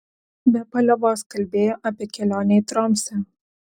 be paliovos kalbėjo apie kelionę į tromsę